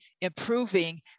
improving